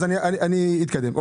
אני אתקדם.